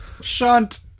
Shunt